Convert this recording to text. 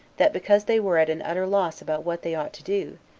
that because they were at an utter loss about what they ought to do,